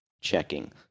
checking